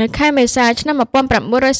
នៅខែមេសា ឆ្នាំ១៩៤១ ក្រុមប្រឹ